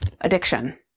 addiction